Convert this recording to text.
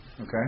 Okay